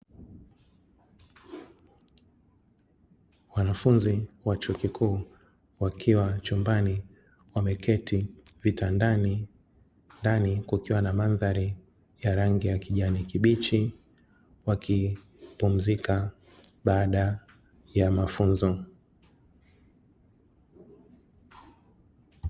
Wanafunzi wa chuo kikuu wakiwa chumbani wameketi vitandani, ndani kukiwa na mandhari ya rangi ya kijani kibichi, wakipumzika baada ya mafunzo.